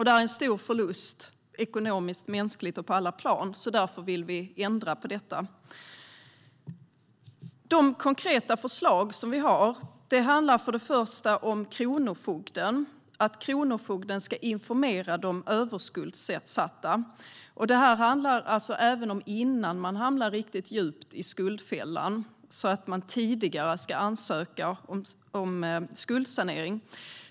Det är en stor förlust - ekonomiskt, mänskligt och på alla plan. Därför vill vi ändra på detta. Vi har konkreta förslag. Först och främst handlar det om kronofogden. Kronofogden ska informera de överskuldsatta, även innan de hamnar riktigt djupt i skuldfällan, så att de ansöker om skuldsanering tidigare.